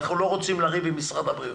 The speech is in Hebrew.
אנחנו לא רוצים לריב עם משרד הבריאות.